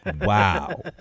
Wow